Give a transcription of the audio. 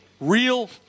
real